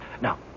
Now